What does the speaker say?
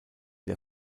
der